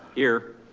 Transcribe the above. here.